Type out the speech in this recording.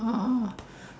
oh